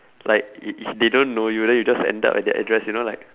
like it it they don't know you then you just end up at their address you know like